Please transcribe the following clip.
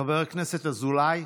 חבר הכנסת אזולאי,